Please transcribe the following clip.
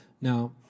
Now